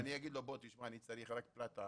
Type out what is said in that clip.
אם אני אגיד לו בוא תשמע, אני צריך רק פלטה